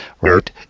Right